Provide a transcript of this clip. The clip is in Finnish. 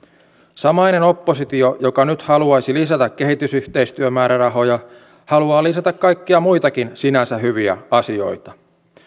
samainen oppositio joka nyt haluaisi lisätä kehitysyhteistyömäärärahoja haluaa lisätä kaikkia muitakin sinänsä hyviä asioita